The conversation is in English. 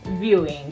viewing